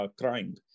crying